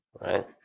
right